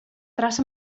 traça